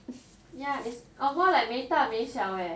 ya it's more like 没大没小 eh